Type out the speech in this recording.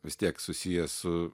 vis tiek susijęs su